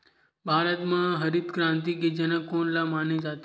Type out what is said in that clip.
भारत मा हरित क्रांति के जनक कोन ला माने जाथे?